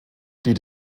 die